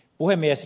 puhemies